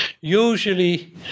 Usually